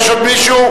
יש עוד מישהו?